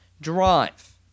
drive